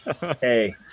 Hey